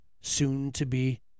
soon-to-be